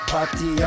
Party